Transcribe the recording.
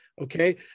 Okay